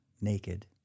naked